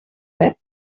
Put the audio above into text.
web